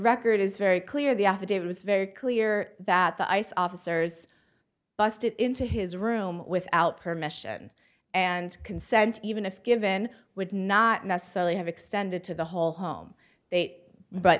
record is very clear the affidavit was very clear that the ice officers busted into his room without permission and consent even if given would not necessarily have extended to the whole home state but